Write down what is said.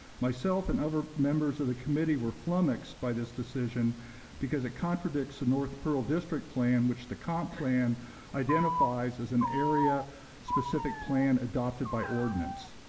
myself and other members of the committee were flummoxed by this decision because it contradicts the north pearl district plan which the comp plan identifies as an area specific plan adopted by ordinance.